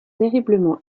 terriblement